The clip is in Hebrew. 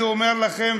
אני אומר לכם,